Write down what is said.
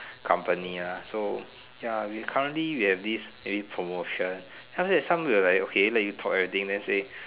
company ah so ya we currently we have this maybe promotion then after that some will like okay let you talk like that then they say